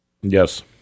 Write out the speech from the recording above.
Yes